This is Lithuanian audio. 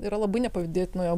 yra labai nepavydėtinoje